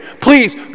Please